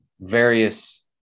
various